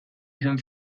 izan